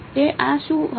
તો આ શું હશે